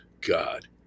God